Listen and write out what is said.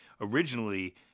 Originally